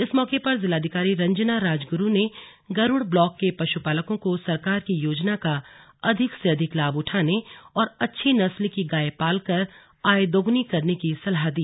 इस मौके पर जिलाधिकारी रंजना राजगुरु ने गरुड़ ब्लॉक के पशुपालकों को सरकार की योजना का अधिक से अधिक लाभ उठाने और अच्छी नस्ल की गाय पालकर आय दोगुनी करने की सलाह दी